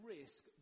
risk